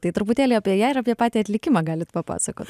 tai truputėlį apie ją ir apie patį atlikimą galit papasakot